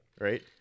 right